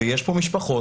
יש פה משפחות